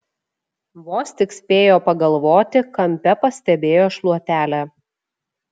vos tik spėjo pagalvoti kampe pastebėjo šluotelę